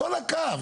כל הקו.